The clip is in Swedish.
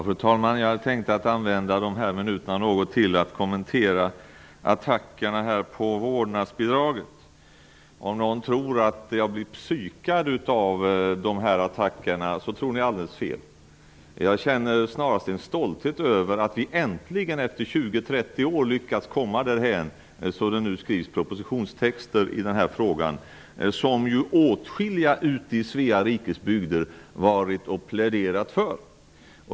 Fru talman! Jag hade tänkt att använda dessa minuter till att kommentera attackerna på vårdnadsbidraget. Om någon tror att jag blir psykad av dessa attacker tror han eller hon alldeles fel. Jag känner snarast en stolthet över att vi äntligen efter 20--30 år lyckats komma därhän att det skrivs propositionstexter i den fråga som åtskilliga ute i Svea rikes bygder har pläderat för.